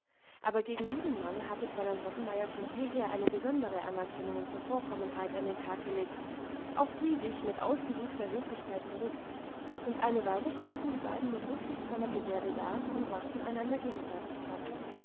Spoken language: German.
aber gegen diesen mann hatte fräulein rottenmeier von jeher eine besondere anerkennung und zuvorkommenheit an den tag gelegt auch sie wich mit ausgesuchter höflichkeit zurück und eine weile standen die beiden mit rücksichtsvoller gebärde da und machten einander gegenseitig platz